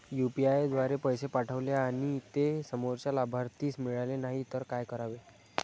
UPI द्वारे पैसे पाठवले आणि ते समोरच्या लाभार्थीस मिळाले नाही तर काय करावे?